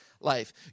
life